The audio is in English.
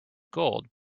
gold